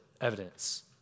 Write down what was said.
evidence